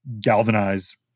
galvanize